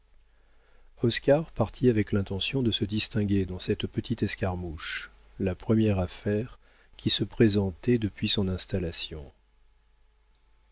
oscar partit avec l'intention de se distinguer dans cette petite escarmouche la première affaire qui se présentait depuis son installation